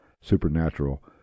supernatural